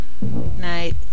Night